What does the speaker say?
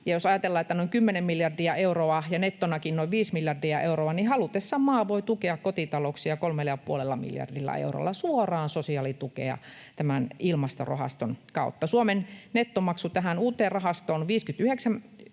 jos ajatellaan, että noin 10 miljardia euroa ja nettonakin noin 5 miljardia euroa, niin halutessaan maa voi tukea kotitalouksia kolmella ja puolella miljardilla eurolla suoraan sosiaalitukea tämän ilmastorahaston kautta. Suomen nettomaksu tähän uuteen 59